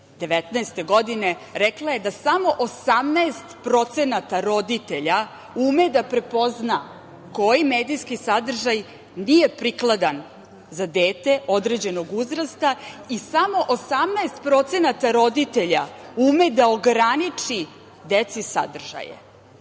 2019. godine rekla je da samo 18% roditelja ume da prepozna koji medijski sadržaj nije prikladan za dete određenog uzrasta i samo 18% roditelja ume da ograniči deci sadržaje. Opet